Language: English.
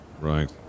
Right